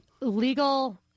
legal –